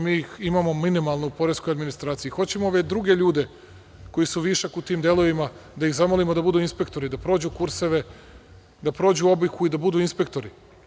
Mi imamo minimalnu poresku administraciju, i hoćemo ove druge ljude koji su višak u tim delovima da ih zamolimo da budu inspektori, da prođu kurseve, da prođu obuku i da budu inspektori.